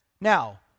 Now